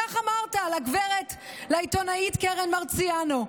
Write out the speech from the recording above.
כך אמרת לעיתונאית קרן מרציאנו: